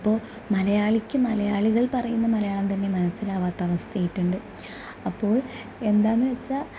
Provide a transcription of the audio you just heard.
അപ്പോൾ മലയാളിക്ക് മലയാളികൾ പറയുന്ന മലയാളം തന്നെ മനസ്സിലാകാത്ത അവസ്ഥയായിട്ടുണ്ട് അപ്പോൾ എന്താണെന്നു വെച്ചാൽ